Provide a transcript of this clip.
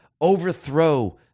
overthrow